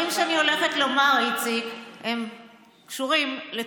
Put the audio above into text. כי בשביל השוחד שאולי הוא קיבל,